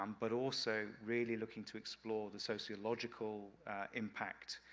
um but also really looking to explore the sociological impact,